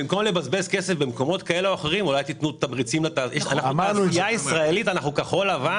במקום לבזבז כסף במקומות אחרים אולי תתנו תמריצים לתעשייה כחול לבן.